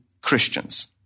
Christians